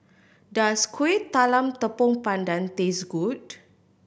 does Kuih Talam Tepong Pandan taste good